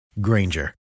Granger